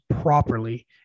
properly